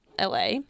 LA